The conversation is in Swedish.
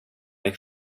mig